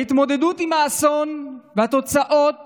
ההתמודדות עם האסון והתוצאות